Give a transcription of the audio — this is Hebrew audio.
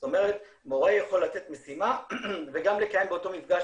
זאת אומרת שמורה יכול לתת משימה וגם לקיים באותו מפגש,